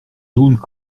jaunes